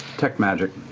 detect magic.